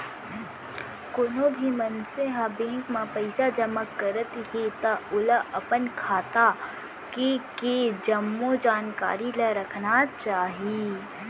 कोनो भी मनसे ह बेंक म पइसा जमा करत हे त ओला अपन खाता के के जम्मो जानकारी ल राखना चाही